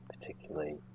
particularly